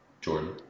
Jordan